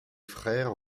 frères